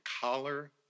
collar